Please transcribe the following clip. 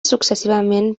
successivament